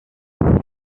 right